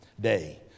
day